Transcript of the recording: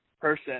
person